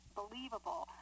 believable